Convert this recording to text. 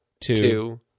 two